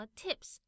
tips